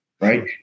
right